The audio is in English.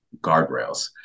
guardrails